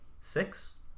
six